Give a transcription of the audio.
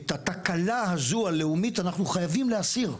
את התקלה הזו, הלאומית, אנחנו חייבים להסיר,